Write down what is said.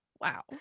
wow